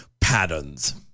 patterns